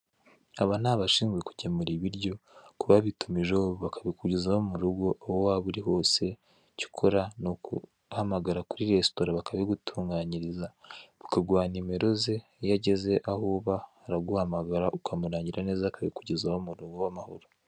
Aba ni abashinzwe kugemura ibiryo ku babitimijeho, bakabikugezaho mu rugo, aho waba uri hose, icyo ukora ni kuguhamagara kuri resitora bakabigutunganyiriza, bakaguha nimero ze, iyo ageze aho uba araguhamagara ukamurangira neza, akabikugezaho mu rugo amahoro.